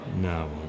No